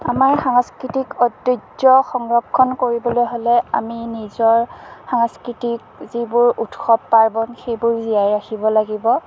আমাৰ সাংস্কৃতিক ঐতিহ্য সংৰক্ষণ কৰিবলৈ হ'লে আমি নিজৰ সাংস্কৃতিক যিবোৰ উৎসৱ পাৰ্বণ সেইবোৰ জীয়াই ৰাখিব লাগিব